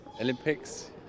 Olympics